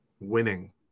winning